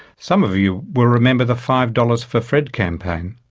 some of you will remember the five dollars for fred campaign,